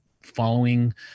following